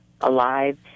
alive